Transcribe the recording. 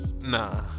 Nah